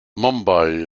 mumbai